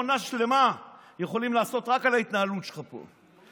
עונה שלמה יכולים לעשות רק על ההתנהלות שלך פה.